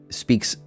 speaks